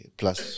plus